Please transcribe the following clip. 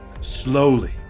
slowly